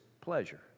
pleasure